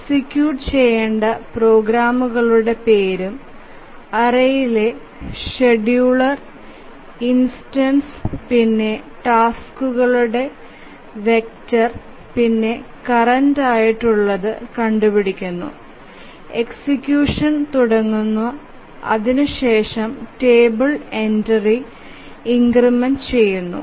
execute ചെയേണ്ട പ്രോഗ്രാമുകളുടെ പേരും അറേയിലെ ഷെഡ്യൂലെർ ഇന്ഡസ്സ് പിന്നെ ടാസ്കുകളുടെ വെക്റ്റർ പിന്നെ കറന്റ് ആയിട്ടുള്ളത് കണ്ടു പിടിക്കുന്നു എക്സിക്യൂഷൻ തുടങ്ങുന്നു അതിനു ശേഷം ടേബിൾ എൻട്രി ഇൻക്രെമെന്റ് ചെയുന്നു